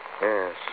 Yes